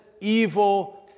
evil